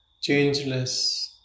changeless